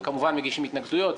וכמובן מגישים התנגדויות.